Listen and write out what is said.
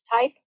type